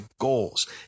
goals